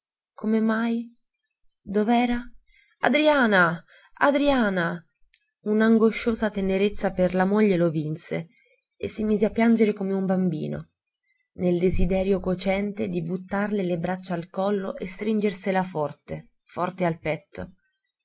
come mai dov'era adriana adriana un'angosciosa tenerezza per la moglie lo vinse e si mise a piangere come un bambino nel desiderio cocente di buttarle le braccia al collo e stringersela forte forte al petto